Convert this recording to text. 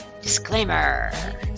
Disclaimer